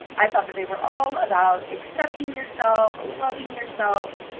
i thought that they were all about accepting yourself, loving yourself,